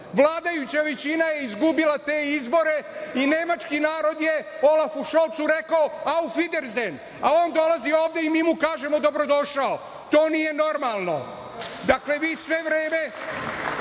vladajuća većina je izgubila te izbore i Nemački narod je Olafu Šolcu rekao „Auf Wiedersehen“, a on dolazi ovde i mi mu kažemo „dobrodošao“ to nije normalno. Dakle, vi sve vreme